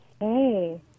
Hey